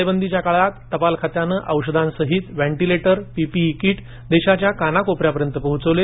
टाळेबंदीच्या काळात टपाल खात्यानं औषधांसहीत व्हेंटीलेटर पीपीई कीट देशाच्या कानाकोपऱ्यात पोहोचवले